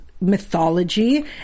mythology